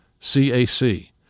CAC